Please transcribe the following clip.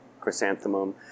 chrysanthemum